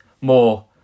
more